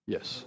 Yes